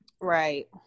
right